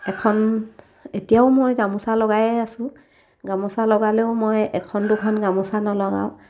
এখন এতিয়াও মই গামোচা লগায়ে আছো গামোচা লগালেও মই এখন দুখন গামোচা নলগাওঁ